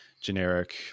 generic